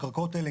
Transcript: הקרקעות האלה,